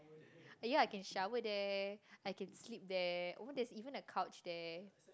ya I can shower there I can sleep there oh there's even a couch there